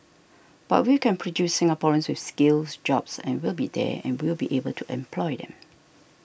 but we can produce Singaporeans with skills jobs and will be there and we will be able to employ them